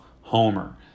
homer